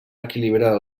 equilibrar